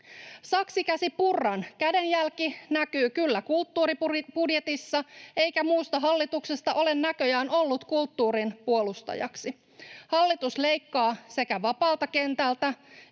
Saksikäsi Purran kädenjälki näkyy kyllä kulttuuribudjetissa, eikä muusta hallituksesta ole näköjään ollut kulttuurin puolustajaksi. Hallitus leikkaa sekä vapaalta kentältä